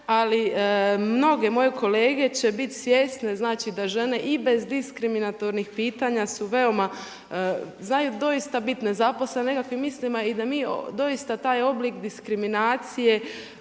ali mnoge moje kolege će biti svjesne, znači da žene i bez diskriminatornih pitanja su veoma, znaju doista biti …/Govornik se ne razumije./… nekakvim mislima i da mi doista taj oblik diskriminacije